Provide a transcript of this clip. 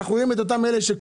אנחנו רואים את אלה שקורסים.